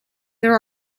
there